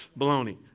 Baloney